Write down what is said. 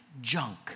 junk